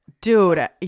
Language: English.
dude